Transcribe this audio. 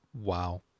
Wow